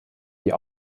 die